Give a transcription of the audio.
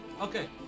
Okay